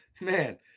man